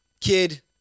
Kid